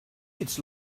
its